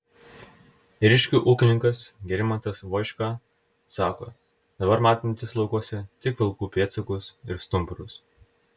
ėriškių ūkininkas gerimantas voiška sako dabar matantis laukuose tik vilkų pėdsakus ir stumbrus